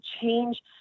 change